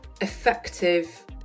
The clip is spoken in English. effective